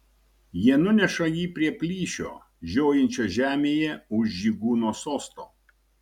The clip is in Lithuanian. jie nuneša jį prie plyšio žiojinčio žemėje už žygūno sosto